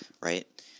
right